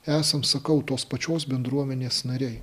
esam sakau tos pačios bendruomenės nariai